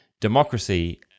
democracy